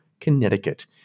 Connecticut